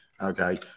okay